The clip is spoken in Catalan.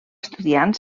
estudiant